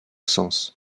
sens